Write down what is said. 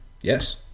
Yes